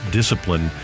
discipline